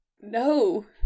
No